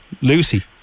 Lucy